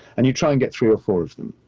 and you try and get three or four of them.